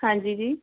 ਹਾਂਜੀ ਜੀ